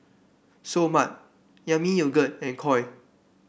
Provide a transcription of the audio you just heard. Seoul Mart Yami Yogurt and Koi